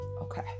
Okay